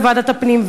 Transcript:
בוועדת הפנים,